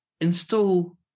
install